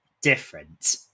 different